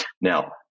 Now